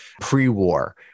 pre-war